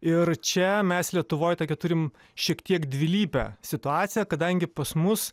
ir čia mes lietuvoje tokią turim šiek tiek dvilypę situaciją kadangi pas mus